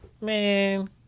man